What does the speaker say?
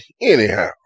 anyhow